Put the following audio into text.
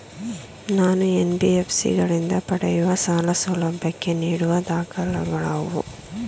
ನಾನು ಎನ್.ಬಿ.ಎಫ್.ಸಿ ಗಳಿಂದ ಪಡೆಯುವ ಸಾಲ ಸೌಲಭ್ಯಕ್ಕೆ ನೀಡುವ ದಾಖಲಾತಿಗಳಾವವು?